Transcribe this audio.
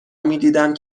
میدیدم